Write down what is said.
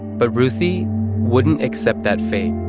but ruthie wouldn't accept that fate